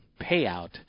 payout